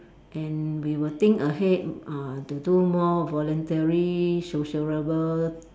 and we will think ahead uh to do more voluntary sociable